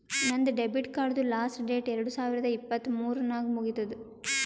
ನಂದ್ ಡೆಬಿಟ್ ಕಾರ್ಡ್ದು last date ಎರಡು ಸಾವಿರದ ಇಪ್ಪತ್ ಮೂರ್ ನಾಗ್ ಮುಗಿತ್ತುದ್